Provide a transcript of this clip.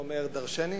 זה אומר דורשני.